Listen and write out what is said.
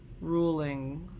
ruling